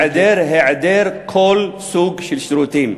היעדר כל סוג של שירותים.